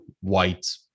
White